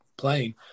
playing